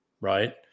right